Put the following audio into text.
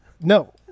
no